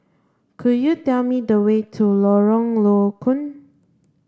could you tell me the way to Lorong Low Koon